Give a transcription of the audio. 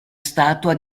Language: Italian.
statua